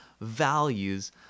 values